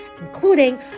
including